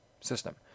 system